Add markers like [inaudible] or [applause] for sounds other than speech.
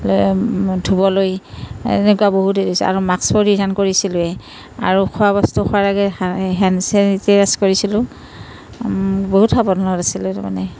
[unintelligible] ধুবলৈ এনেকুৱা বহুত হৈছে আৰু মাস্ক পৰিধান কৰিছিলোঁয়েই আৰু খোৱা বস্তু খোৱাৰ আগেয়ে [unintelligible] হেণ্ড ছেনিটাইজ কৰিছিলোঁ বহুত সাৱধান আছিলোঁ মানে